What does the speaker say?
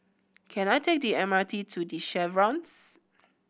can I take the M R T to The Chevrons